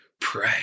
pray